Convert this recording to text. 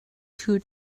two